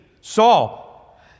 Saul